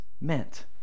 meant